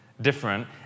different